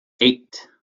eight